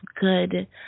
good